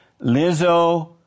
Lizzo